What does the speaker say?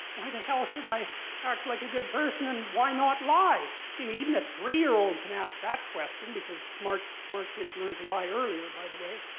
why the hell should i act like a good person and why not lie? i mean, even a three year old can ask that question because smart smart kids learn to lie earlier, by the way.